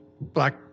Black